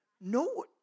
no